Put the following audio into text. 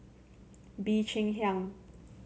Bee Cheng Hiang